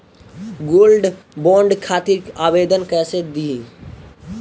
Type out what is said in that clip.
Gold bond खातिर आवेदन कैसे दिही?